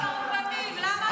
קראתי להם "סרבנים", למה אתה משקר?